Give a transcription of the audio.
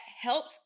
helps